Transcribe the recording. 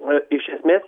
na iš esmės